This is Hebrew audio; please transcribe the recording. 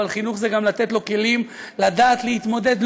אבל חינוך זה גם לתת לו כלים לדעת להתמודד,